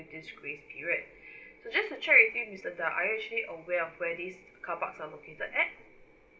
this grace period so just to check with you mister tan are you actually aware of where these carparks are located at